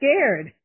scared